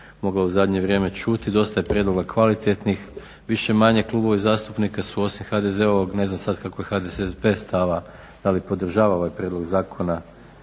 moglo u zadnje vrijeme čuti, dosta je prijedloga kvalitetnih. Više-manje klubovi zastupnika su osim HDZ-ovog ne znam sad kakvog je HDSSB stava da li podržava ovaj prijedlog zakona,